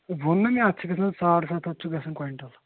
ووٚن نہ مےٚ اَتھ چھِ گژھان ساڑ سَتھ ہَتھ چھُ گژھان کویِنٹَل